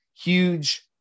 huge